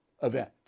event